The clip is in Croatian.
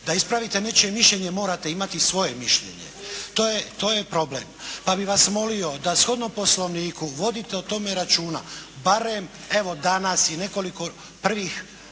da ispravite nečije mišljenje morate imati svoje mišljenje. To je problem. Pa bi vas molio da shodno Poslovniku vodite o tome računa barem evo danas i nekoliko prvih